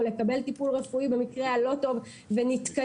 לקבל טיפול רפואי במקרה הלא טוב ונתקעים,